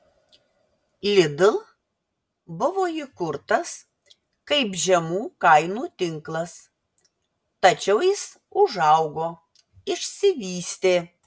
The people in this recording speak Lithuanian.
lidl buvo įkurtas kaip žemų kainų tinklas tačiau jis užaugo išsivystė